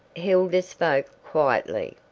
hilda spoke quietly,